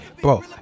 bro